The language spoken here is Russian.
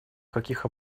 каких